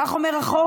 כך אומר החוק: